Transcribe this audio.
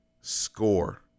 score